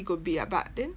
go bid ah but then